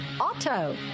auto